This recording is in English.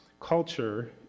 culture